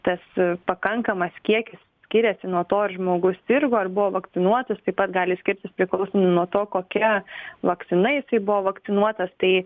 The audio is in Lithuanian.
tas pakankamas kiekis skiriasi nuo to ar žmogus sirgo ar buvo vakcinuotas taip pat gali skirtis priklausomai nuo to kokia vakcina jisai buvo vakcinuotas tai